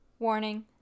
Warning